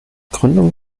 gründung